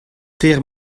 teir